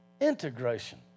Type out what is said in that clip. integration